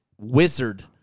wizard